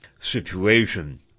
Situation